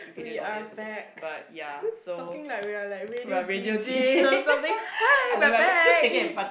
we are back talking like we are like radio DJs or something hi we are back